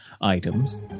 items